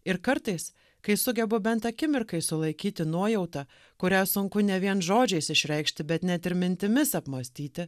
ir kartais kai sugebu bent akimirkai sulaikyti nuojautą kurią sunku ne vien žodžiais išreikšti bet net ir mintimis apmąstyti